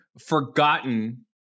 forgotten